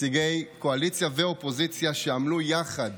נציגי קואליציה ואופוזיציה, שעמלו יחד